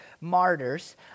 martyrs